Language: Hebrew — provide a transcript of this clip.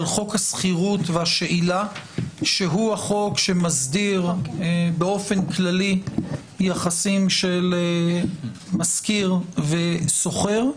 חוק השכירות והשאילה שהוא החוק שמסדיר באופן כללי יחסים של משכיר ושוכר.